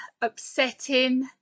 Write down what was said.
upsetting